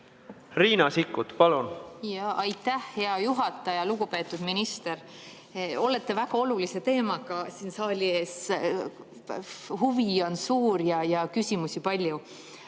Riina Sikkut, palun! Aitäh, hea juhataja! Lugupeetud minister! Olete väga olulise teemaga siin saali ees. Huvi on suur ja küsimusi palju.